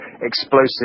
explosive